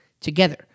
together